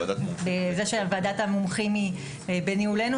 זה שוועדת המומחים היא בניהולנו,